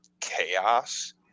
chaos